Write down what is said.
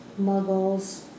Muggles